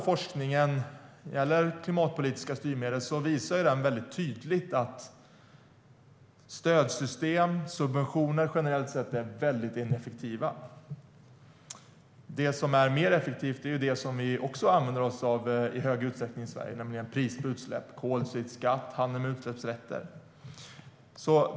Forskningen om klimatpolitiska styrmedel visar tydligt att stödsystem och subventioner generellt sett är väldigt ineffektiva. Det som är effektivare, och som vi också använder oss av i stor utsträckning i Sverige, är pris på utsläpp, koldioxidskatt och handel med utsläppsrätter.